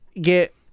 get